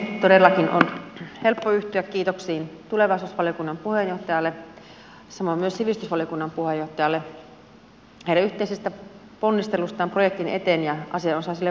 todellakin on helppo yhtyä kiitoksiin tulevaisuusvaliokunnan puheenjohtajalle samoin myös sivistysvaliokunnan puheenjohtajalle heidän yhteisistä ponnisteluistaan projektin eteen ja asianosaisille valiokuntien jäsenille